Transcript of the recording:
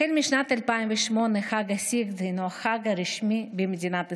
החל משנת 2008 חג הסיגד הינו חג רשמי במדינת ישראל.